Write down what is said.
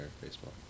baseball